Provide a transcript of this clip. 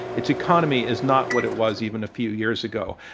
its economy is not what it was even a few years ago.